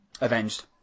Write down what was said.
Avenged